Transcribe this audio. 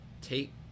take